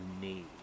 need